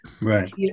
Right